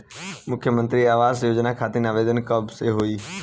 मुख्यमंत्री आवास योजना खातिर आवेदन कब से होई?